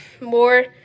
more